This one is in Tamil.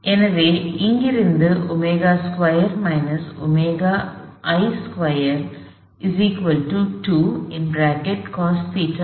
எனவே இங்கிருந்து ω2 ω2i 2 cosϴ 1